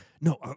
No